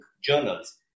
journals